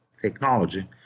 technology